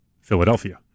Philadelphia